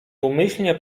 umyślnie